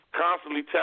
constantly